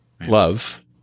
love